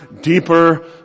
deeper